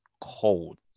cold